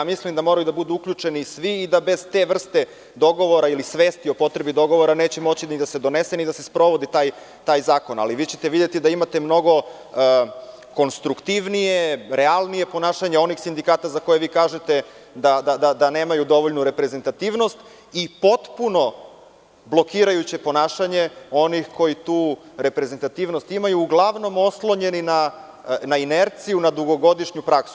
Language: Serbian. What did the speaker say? Mislim, da moraju da budu uključeni svi i da bez te vrste dogovora ili svesti o potrebi dogovora neće moći ni da se donese, ni da se sprovodi taj zakon, ali vi ćete videti da imate mnogo konstruktivnije, realnije ponašanje onih sindikata za koje vi kažete da nemaju dovoljnu reprezentativnost i potpuno blokirajuće ponašanje onih koji tu reprezentativnost imaju uglavnom oslonjeni na inerciju, na dugogodišnju praksu.